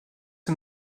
est